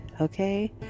Okay